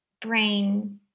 brain